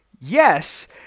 yes